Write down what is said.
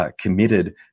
committed